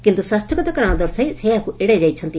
କିନ୍ତୁ ସ୍ୱାସ୍ଥ୍ୟଗତ କାରଶ ଦର୍ଶାଇ ସେ ଏହାକୁ ଏଡ଼ାଇ ଯାଇଛନ୍ତି